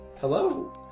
Hello